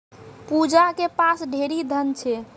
पूजा के पास ढेरी धन छै